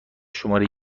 شماره